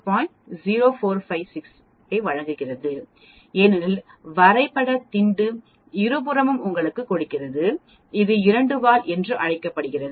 0456 ஐ வழங்குகிறது ஏனெனில் வரைபடத் திண்டு இருபுறமும் உங்களுக்குக் கொடுக்கிறது இது இரண்டு வால் என்று அழைக்கப்படுகிறது